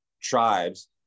tribes